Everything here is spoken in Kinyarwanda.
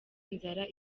inzara